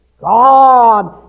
God